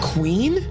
Queen